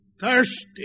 Thirsty